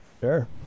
Sure